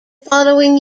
following